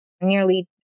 nearly